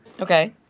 Okay